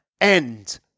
end